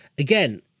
again